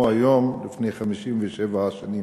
היום לפני 57 שנים,